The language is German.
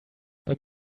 beim